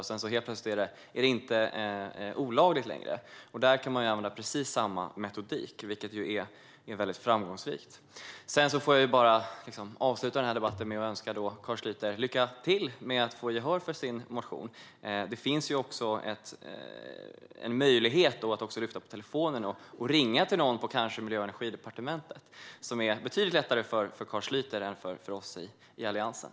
Sedan är den helt plötsligt inte olaglig längre. Där kan precis samma metodik användas, mycket framgångsrikt. Jag vill avsluta debatten med att önska Carl Schlyter lycka till med att få gehör för sin motion. Möjligheten finns också att lyfta telefonen och ringa till någon, kanske på Miljö och energidepartementet, vilket är betydligt enklare för Carl Schlyter än för oss i Alliansen.